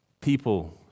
People